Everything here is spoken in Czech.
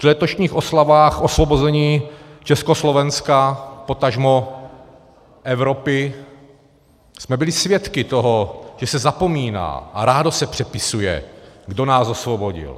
Při letošních oslavách osvobození Československa, potažmo Evropy, jsme byli svědky toho, že se zapomíná a rádo se přepisuje, kdo nás osvobodil.